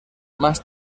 más